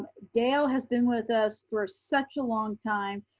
dale has been with us for ah such a long time.